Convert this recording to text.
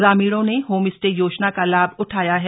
ग्रामीणों ने home stay योजना का लाभ उठाया है